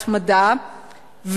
התמדה,